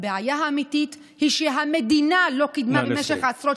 הבעיה האמיתית היא שהמדינה לא קידמה במשך עשרות